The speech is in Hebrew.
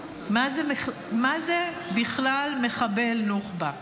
מה זה בכלל מחבל נוח'בה?